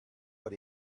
what